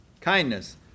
kindness